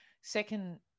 second